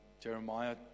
Jeremiah